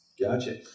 Gotcha